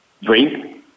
Drink